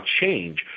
change